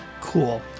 Cool